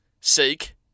seek